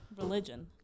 religion